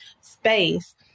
space